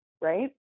right